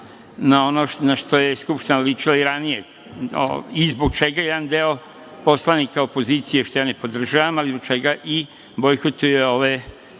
na ono na šta je Skupština ličila i ranije i zbog čega jedan deo poslanika opozicije, što ja ne podržavam, ali zbog čega i bojkotuje ove